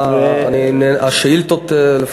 השאילתות שקיבלתי,